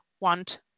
want